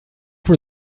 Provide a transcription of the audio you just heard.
were